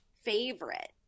favorite